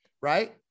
right